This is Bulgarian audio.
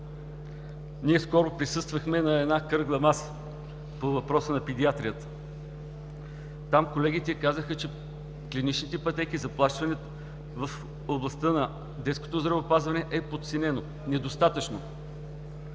ние скоро присъствахме на кръгла маса по въпроси на педиатрията. Там колегите казаха, че клиничните пътеки, заплащани в областта на детското здравеопазване, е подценено, недостатъчно.